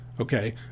okay